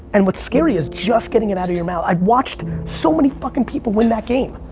and what's scary is just getting it out of your mouth. i've watched so many fucking people win that game,